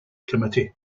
committee